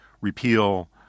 repeal